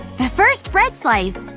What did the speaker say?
the first bread slice!